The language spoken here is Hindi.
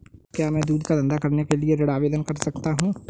क्या मैं दूध का धंधा करने के लिए ऋण आवेदन कर सकता हूँ?